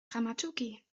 dramaturgie